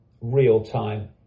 real-time